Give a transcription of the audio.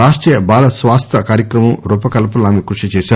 రాష్టీయ బాల స్వాస్థ్య కార్యక్రమం రూపకల్సన లో ఆమె కృషి చేశారు